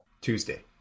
Tuesday